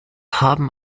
haben